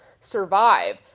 survive